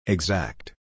Exact